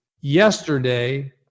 yesterday